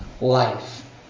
life